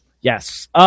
Yes